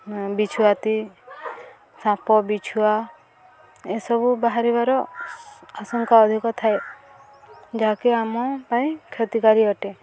ବିଛୁଆତି ସାପ ବିଛୁଆ ଏସବୁ ବାହାରିବାର ଆଶଙ୍କା ଅଧିକ ଥାଏ ଯାହାକି ଆମ ପାଇଁ କ୍ଷତିକାରୀ ଅଟେ